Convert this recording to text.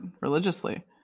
religiously